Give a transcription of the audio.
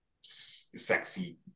sexy